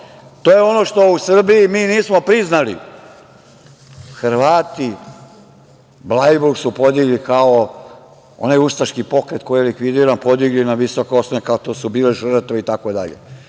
je ono što u Srbiji mi nismo priznali, Hrvati, Blajbuk su podigli kao onaj ustaški pokret koji je likvidiran, podigli na visoke osnove, to su kao bile žrtve itd. Mi